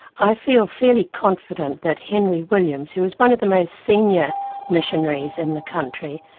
i feel fairly confident that henry williams, who was one of the most senior missionaries in the country,